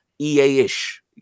EA-ish